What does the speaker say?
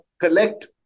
collect